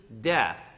death